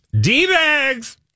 D-Bags